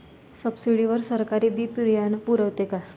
Subsidy वर सरकार बी बियानं पुरवते का?